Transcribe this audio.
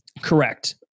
Correct